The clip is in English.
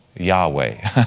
Yahweh